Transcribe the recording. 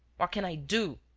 what can i do?